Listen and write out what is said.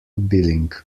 billing